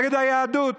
נגד היהדות,